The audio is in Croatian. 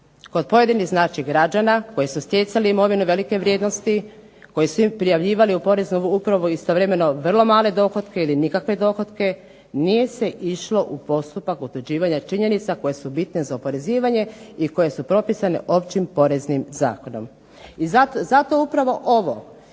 Kod pojedinih znači građana koji su stjecali imovinu velike vrijednosti, koji su prijavljivali u poreznu upravu istovremeno vrlo male dohotke ili nikakve dohotke nije se išlo u postupak utvrđivanja činjenica koje su bitne za oporezivanje i koje su propisane Općim poreznim zakonom. I zato upravo ovo